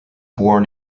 born